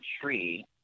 tree